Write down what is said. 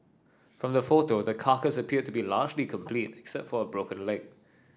from the photo the carcass appeared to be largely complete except for a broken leg